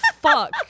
fuck